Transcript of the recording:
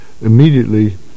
immediately